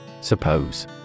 Suppose